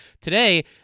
today